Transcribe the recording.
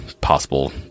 possible